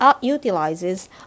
utilizes